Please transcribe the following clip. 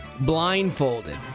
blindfolded